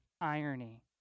irony